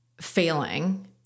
failing